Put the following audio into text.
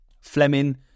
Fleming